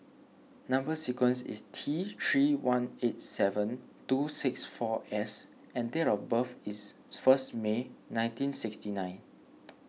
Number Sequence is T three one eight seven two six four S and date of birth is first May nineteen sixty nine